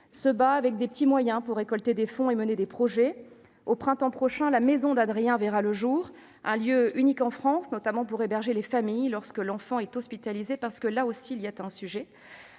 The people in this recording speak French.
se bat avec de modestes moyens pour récolter des fonds et mener des projets. Au printemps prochain, la maison d'Adrien verra le jour, un lieu unique en France destiné notamment à héberger les familles dont l'enfant est hospitalisé. Il y a là aussi un sujet.